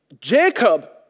Jacob